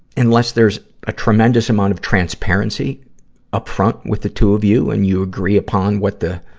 unless there's a tremendous amount of transparency up front with the two of you, and you agree upon what the,